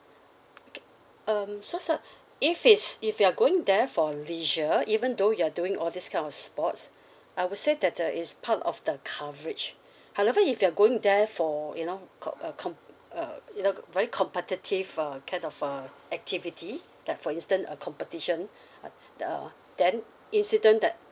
okay um so sir if it's if you're going there for leisure even though you're doing all this kind of sports I would say that uh is part of the coverage however if you're going there for you know com~ comp~ uh you know very competitive uh kind of uh activities like for instance uh competition uh uh then incident that